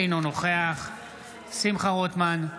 אינו נוכח שמחה רוטמן,